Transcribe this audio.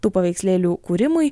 tų paveikslėlių kūrimui